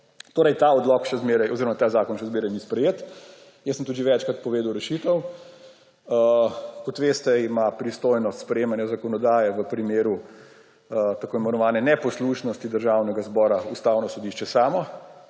sprejemanje odlokov. Torej ta zakon še zmeraj ni sprejet. Jaz sem tudi že večkrat povedal rešitev. Kot veste, ima pristojnost sprejemanja zakonodaje v primeru tako imenovane neposlušnosti Državnega zbora Ustavno sodišče samo,